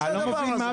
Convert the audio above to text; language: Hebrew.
מה זה הדבר הזה?